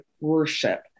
worship